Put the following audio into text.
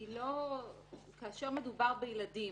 כאשר מדובר בילדים,